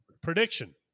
Prediction